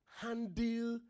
handle